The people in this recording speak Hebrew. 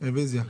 רביזיה.